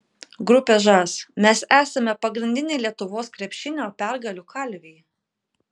grupė žas mes esame pagrindiniai lietuvos krepšinio pergalių kalviai